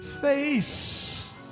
face